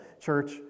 church